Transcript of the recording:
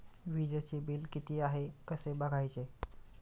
वीजचे बिल किती आहे कसे बघायचे?